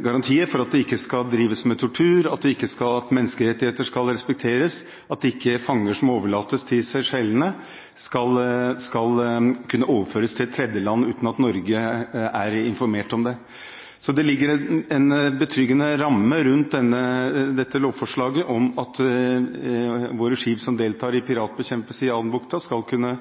garantier for at det ikke skal drives med tortur, at menneskerettigheter skal respekteres, og at fanger som overlates til Seychellene, ikke skal kunne overføres til et tredjeland uten at Norge er informert om det. Så det ligger en betryggende ramme rundt lovforslaget om at våre skip som deltar i piratbekjempelse i Adenbukta, skal kunne